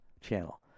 channel